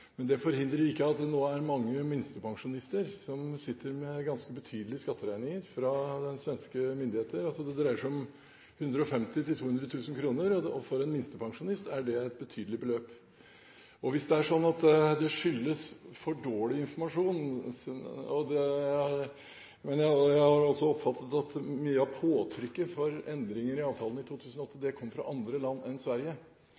Men det forhindrer ikke at det nå er mange minstepensjonister som sitter med ganske betydelige skatteregninger fra svenske myndigheter. Det dreier seg om 150 000–200 000 kr, og for en minstepensjonist er det et betydelig beløp. Hvis det er sånn at det skyldes for dårlig informasjon – jeg har også oppfattet at mye av påtrykket for endringer i avtalen i 2008 kom fra andre land enn Sverige